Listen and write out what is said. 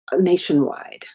nationwide